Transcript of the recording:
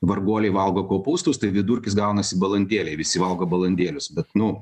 varguoliai valgo kopūstus tai vidurkis gaunasi balandėliai visi valgo balandėlius bet nu